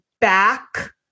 back